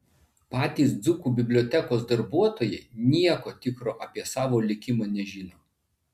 patys dzūkų bibliotekos darbuotojai nieko tikro apie savo likimą nežino